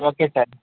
okay sir